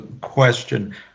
question